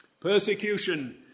Persecution